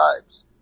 tribes